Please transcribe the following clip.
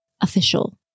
Official